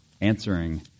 answering